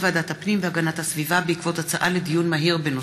ועדת הפנים והגנת הסביבה בעקבות דיון מהיר בהצעתם